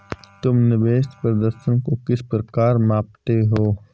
तुम निवेश प्रदर्शन को किस प्रकार मापते हो?